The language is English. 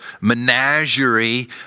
menagerie